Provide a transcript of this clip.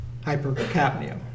hypercapnia